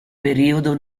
periodo